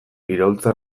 iraultza